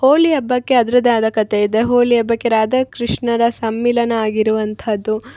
ಹೋಳಿ ಹಬ್ಬಕ್ಕೆ ಅದರದ್ದೇ ಆದ ಕತೆ ಇದೆ ಹೋಲಿ ಹಬ್ಬಕ್ಕೆ ರಾಧಾಕೃಷ್ಣರ ಸಮ್ಮಿಲನ ಆಗಿರುವಂಥದ್ದು